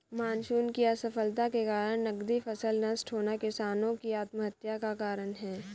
monsoon की असफलता के कारण नकदी फसल नष्ट होना किसानो की आत्महत्या का कारण है